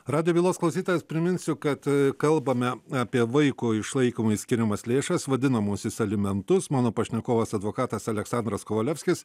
radijo bylos klausytojams priminsiu kad kalbame apie vaiko išlaikymui skiriamas lėšas vadinamuosius alimentus mano pašnekovas advokatas aleksandras kovalevskis